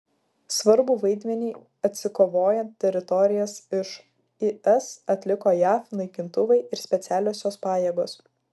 svarbų vaidmenį atsikovojant teritorijas iš is atliko jav naikintuvai ir specialiosios pajėgos